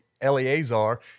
Eleazar